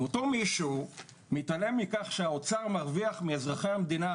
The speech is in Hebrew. ואותו מישהו מתעלם מכך שהאוצר מרוויח מאזרחי המדינה